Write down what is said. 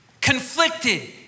conflicted